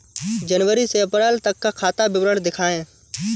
जनवरी से अप्रैल तक का खाता विवरण दिखाए?